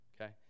Okay